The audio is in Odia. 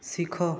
ଶିଖ